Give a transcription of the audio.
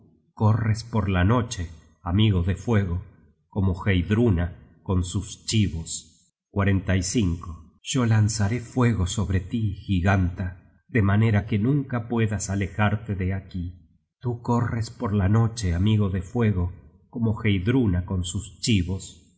corres por la noche amigo de fuego como heidruna con suschibos yo lanzaré fuego sobre tí giganta de manera que nunca puedas alejarte de aquí tú corres por la noche amigo de fuego como heidruna con sus chibos